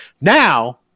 Now